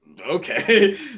okay